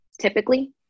typically